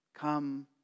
Come